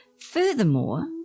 Furthermore